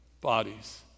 bodies